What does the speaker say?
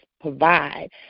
provide